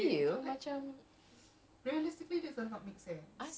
oh macam uh yang instant ah